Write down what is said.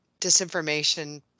disinformation